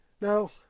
Now